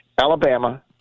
Alabama